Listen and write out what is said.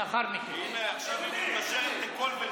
למה לא שומעים אותי?